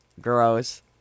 Gross